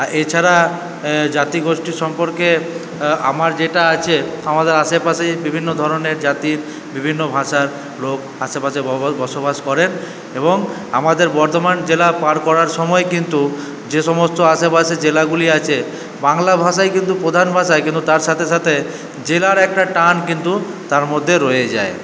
আর এছাড়া জাতিগোষ্ঠী সম্পর্কে আমার যেটা আছে আমাদের আশেপাশে বিভিন্ন ধরনের জাতির বিভিন্ন ভাষার লোক আশেপাশে বসবাস করে এবং আমাদের বর্ধমান জেলা পার করার সময় কিন্তু যেসমস্ত আশেপাশে জেলাগুলি আছে বাংলা ভাষাই কিন্তু প্রধান ভাষা কিন্তু তার সাথে সাথে জেলার একটা টান কিন্তু তার মধ্যে রয়ে যায়